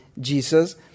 Jesus